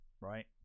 right